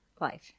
life